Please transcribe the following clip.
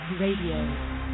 Radio